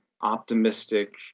optimistic